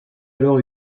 alors